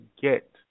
get